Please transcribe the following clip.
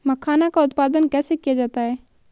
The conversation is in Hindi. मखाना का उत्पादन कैसे किया जाता है?